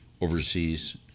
overseas